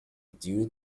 due